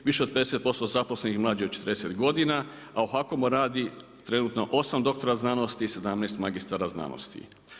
Više od 50% zaposlenih je mlađe od 40 godina, a u HAKOM-u radi trenutno 8 doktora znanosti i 17 magistara znanosti.